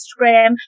instagram